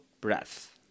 breath